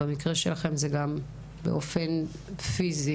כשבמקרה שלכם זה גם באופן פיזי,